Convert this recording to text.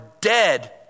dead